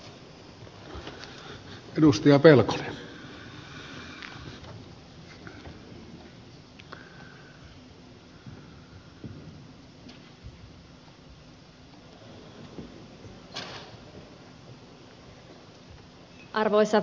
arvoisa puhemies